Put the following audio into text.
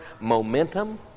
momentum